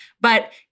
But-